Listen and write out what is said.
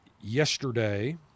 yesterday